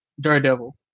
Daredevil